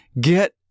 get